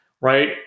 right